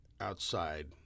outside